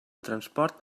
transport